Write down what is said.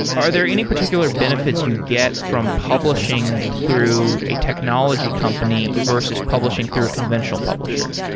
are there any particular benefits you get from publishing through a technology company versus publishing through a conventional publisher?